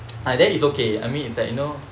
and then it's okay I mean it's like you know